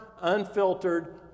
unfiltered